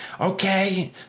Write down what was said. okay